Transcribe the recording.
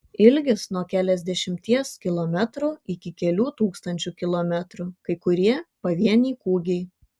ilgis nuo keliasdešimties kilometrų iki kelių tūkstančių kilometrų kai kurie pavieniai kūgiai